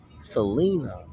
Selena